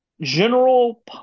general